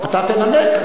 אתה תנמק.